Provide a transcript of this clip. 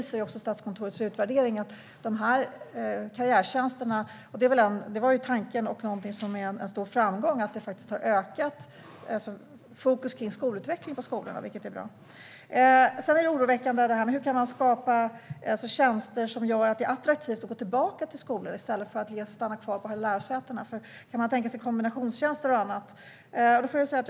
Statskontorets utvärdering visar också att karriärtjänsterna har ökat skolornas fokus på skolutveckling, vilket är bra. Det var tanken, så det är en stor framgång. Hur kan man skapa tjänster som gör det attraktivt att gå tillbaka till skolan i stället för att stanna kvar på lärosätena? Kan man tänka sig kombinationstjänster eller annat?